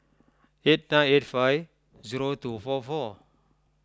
eight nine eight five zero two four four